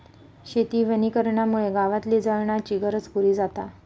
शेती वनीकरणामुळे गावातली जळणाची गरज पुरी जाता